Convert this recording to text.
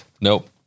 Nope